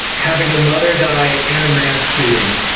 having a mother die, and a mass shooting.